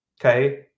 okay